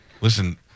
Listen